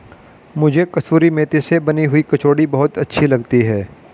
मुझे कसूरी मेथी से बनी हुई कचौड़ी बहुत अच्छी लगती है